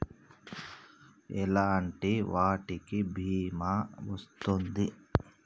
ఎలాంటి వాటికి బీమా వస్తుంది?